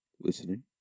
listening